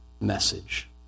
message